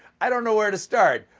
i don't know where to start.